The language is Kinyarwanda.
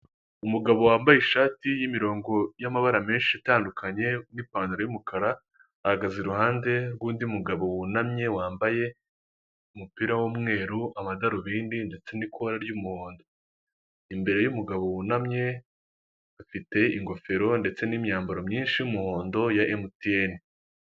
Umugabo wambaye ishati y'imirongo y'amabara menshi atandukanye n'ipantaro y'umukara, ahagaze iruhande rw'undi mugabo wunamye wambaye umupira w'umweru, amadarubindi ndetse n'ikora ry'umuhondo. Imbere y'umugabo wunamye afite ingofero ndetse n'imyambaro myinshi y'umuhondo ya MTN.